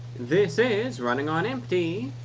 this is running on empty.